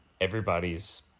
everybody's